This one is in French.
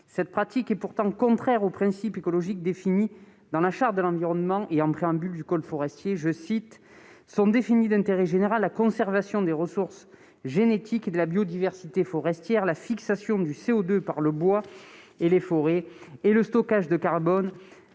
Cette pratique est pourtant contraire aux principes écologiques définis dans la Charte de l'environnement et en préambule du code forestier :« Sont reconnus d'intérêt général [...] la conservation des ressources génétiques et de la biodiversité forestières ;[...] la fixation du dioxyde de carbone par les bois et forêts et le stockage de carbone